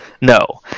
no